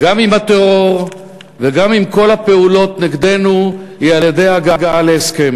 גם עם הטרור וגם עם כל הפעולות נגדנו היא הגעה להסכם.